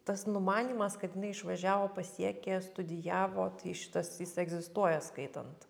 tas numanymas kad jinai išvažiavo pasiekė studijavo tai šitas jisai egzistuoja skaitant